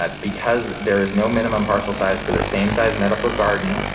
um because there is no minimum parcel size for the same size medical garden,